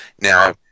Now